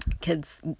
Kids